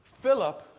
Philip